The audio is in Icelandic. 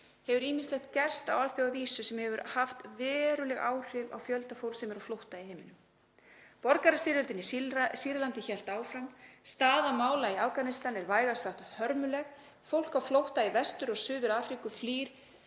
hefur ýmislegt gerst á alþjóðavísu sem hefur haft veruleg áhrif á fjölda fólks sem er á flótta í heiminum. Borgarastyrjöldin í Sýrlandi hélt áfram, staða mála í Afganistan er vægast sagt hörmuleg, fólk á flótta í Vestur- og Suður-Afríku flýr